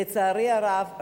לצערי הרב,